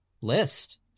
list